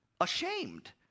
ashamed